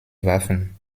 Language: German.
waffen